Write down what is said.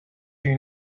you